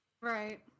Right